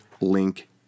link